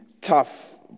tough